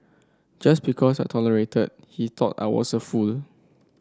just because I tolerated he thought I was a fool